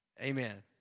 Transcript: Amen